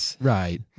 right